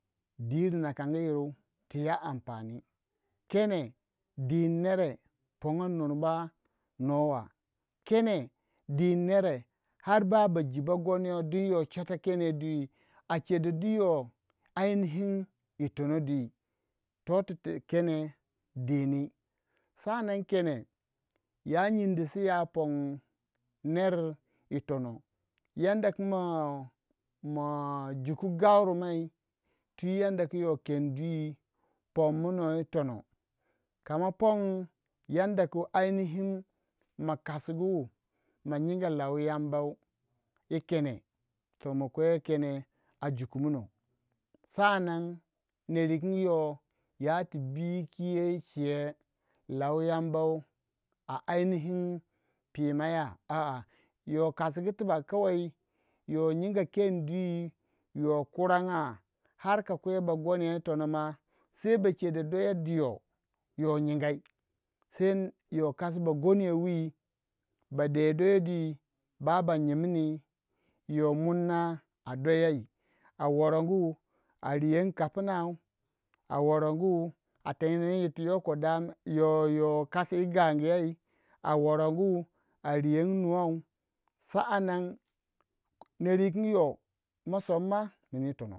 Dini na kanero diya amfani kene din nere pongon nur mba nuwa wa kene din nere har ba ji bogon yon dun yoh chuata kenyey di youh ainihi yi tano dwi to tu kene dini sa'an kene nan ya nyndi su yo pon ner yi tonola yanda ku moh- moh juku gauru mai twi yanda kendi pomunuwei yi tonah kama ponyanda koh ainihi ma kasugu ma nyinga lau yambau yi kene to ma bawe wel kene a jukumun noh sa'an nan neru kin yoh yatu biki yey che law yambau a ainihin pima ya yoh kasugu yo niyanga kendi yo kuranga har ka kwe bagon yoh yih tonoh ma ba chedo doya du yo kingai yo kasi bagon yoh wih ba de doyodi ba ba nyim ni yo munah dayoyi a worongu a riyon puw kapunai a worongu tenegu tu to koh dama yoh kasi yi gangu yeiy a worongu a riyongu nuwaw sa'an nan neru kingi yoh.